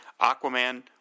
Aquaman